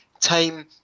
time